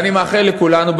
ואני מאחל לכולנו,